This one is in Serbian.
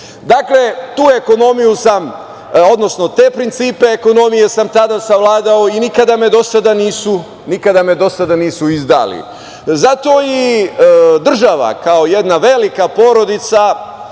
osam. Dakle, tu ekonomiju, odnosno te principe ekonomije sam tada savladao i nikada me do sada nisu izdali. Zato i država kao jedna velika porodica